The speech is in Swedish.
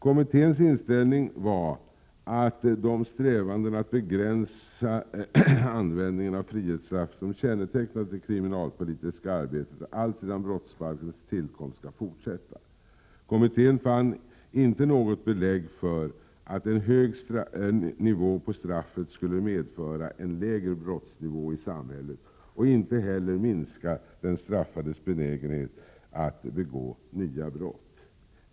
Kommitténs inställning var att de strävanden att begränsa användningen av frihetsstraff, som kännetecknat det kriminalpolitiska arbetet alltsedan brottsbalkens tillkomst, skall fortsätta. Kommittén fann inte något belägg för att en hög nivå på straffet skulle medföra en lägre brottsnivå i samhället och inte heller minska den straffades benägenhet att begå nya brott.